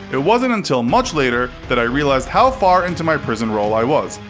it wasn't until much later that i realized how far into my prison role i was.